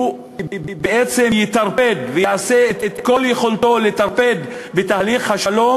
הוא בעצם יטרפד ויעשה ככל יכולתו לטרפד את תהליך השלום,